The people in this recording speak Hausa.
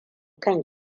kan